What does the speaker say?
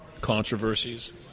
controversies